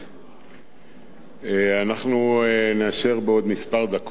אנחנו נאשר בעוד דקות מספר מי שיאשר או מי שיתנגד,